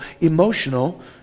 emotional